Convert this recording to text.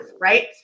right